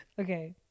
okay